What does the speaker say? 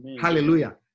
Hallelujah